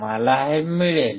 मला हे मिळेल